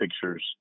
pictures